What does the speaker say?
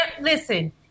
Listen